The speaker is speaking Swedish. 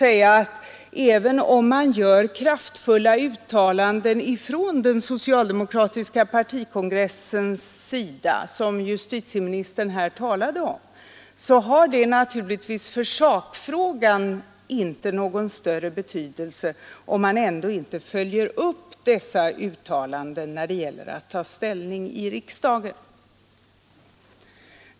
Även om man gör kraftfulla uttalanden på den socialdemokratiska partikongressen, som justitieministern här talade om, har det naturligtvis för sakfrågan inte någon större betydelse, om man inte följer upp dessa uttalanden när det gäller att ta ställning i riksdagen.